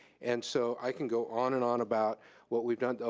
and so i can go on and on about what we done. ah